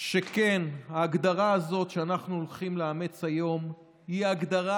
שכן ההגדרה הזאת שאנחנו הולכים לאמץ היום היא הגדרה